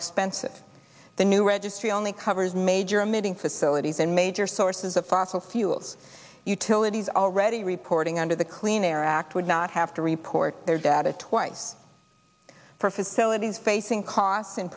expensive the new registry only covers major emitting facilities and major sources of fossil fuels utilities already reporting under the clean air act would not have to report their data twice for facilities facing costs in